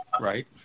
right